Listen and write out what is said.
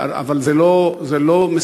אבל זה לא מספק.